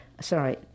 sorry